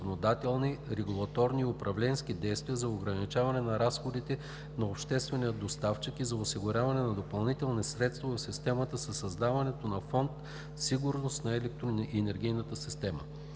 законодателни, регулаторни и управленски действия за ограничаването на разходите на обществения доставчик и за осигуряване на допълнителни средства в системата със създаването на Фонд „Сигурност на електроенергийната система“.